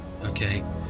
okay